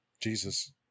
Jesus